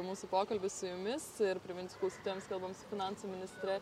mūsų pokalbis su jumis ir priminsiu klausytojams kalbam su finansų ministre